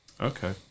okay